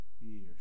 years